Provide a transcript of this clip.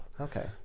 okay